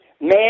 man